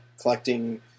collecting